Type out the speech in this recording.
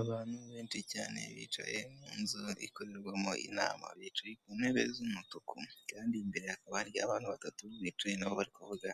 Abantu benshi cyane bicaye mu nzu ikorerwamo inama, bicaye ku ntebe z'umutuku kandi imbere hakaba hari abantu batatu bicaye na bo bari kuvuga